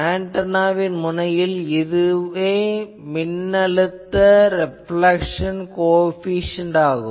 ஆன்டெனாவின் முனையில் இதுவே மின்னழுத்த ரெப்லேக்சன் கோஎபிசியென்ட் ஆகும்